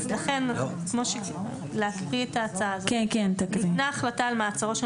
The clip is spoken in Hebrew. אני אקריא את ההצעה: ניתנה החלטה על מעצרו של